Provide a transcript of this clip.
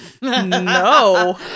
No